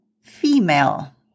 female